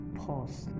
pause